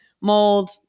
mold